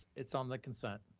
it's on the consent.